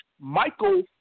Michael